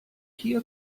hier